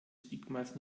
stigmas